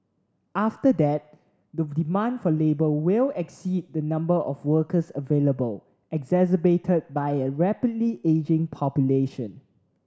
after that the demand for labour will exceed the number of workers available exacerbated by a rapidly ageing population